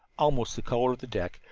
almost the color of the deck,